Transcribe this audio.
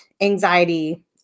anxiety